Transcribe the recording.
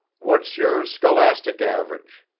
what's your scholastic average?